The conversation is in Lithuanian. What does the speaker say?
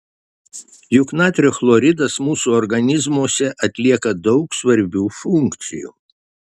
juk natrio chloridas mūsų organizmuose atlieka daug svarbių funkcijų